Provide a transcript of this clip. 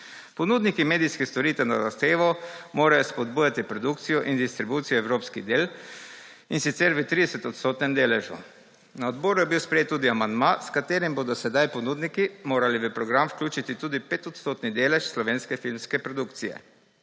Ponudniki medijskih storitev na zahtevo morajo spodbujati produkcijo in distribucijo evropskih del, in sicer v 30-odstotnem deležu. Na odboru je bil sprejet tudi amandma, s katerim bodo sedaj ponudniki morali v program vključiti tudi 5-odstotni delež slovenske filmske produkcije.